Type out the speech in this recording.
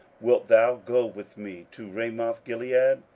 wilt thou go with me to ramothgilead?